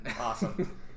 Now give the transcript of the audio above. awesome